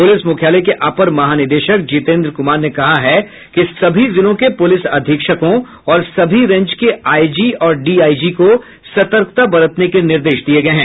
police मुख्यालय के अपर महानिदेशक जितेंद्र कुमार ने कहा है कि सभी जिलों के पुलिस अधीक्षकों और सभी रेंज के आईजी और डीआईजी को सतर्कता बरतने के निर्देश दिये गये हैं